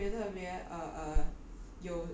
特别特别开心的